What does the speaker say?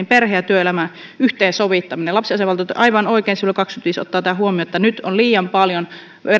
perhe ja työelämän yhteensovittaminen lapsiasiainvaltuutettu aivan oikein sivulla kaksikymmentäviisi ottaa tämän huomioon että nyt liian paljon